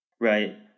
right